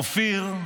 אופיר,